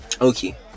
Okay